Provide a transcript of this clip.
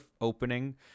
opening